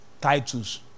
titles